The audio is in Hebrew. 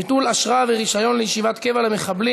ביטול אשרה ורישיון לישיבת קבע למחבלים